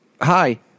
Hi